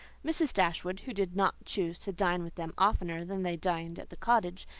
mrs. dashwood, who did not chuse to dine with them oftener than they dined at the cottage,